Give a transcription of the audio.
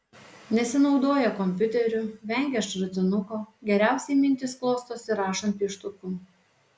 nesinaudoja kompiuteriu vengia šratinuko geriausiai mintys klostosi rašant pieštuku